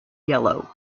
yellow